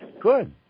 Good